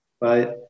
Bye